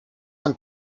one